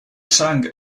sang